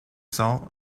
sont